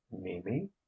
mimi